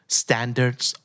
standards